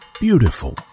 beautiful